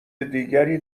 دیگری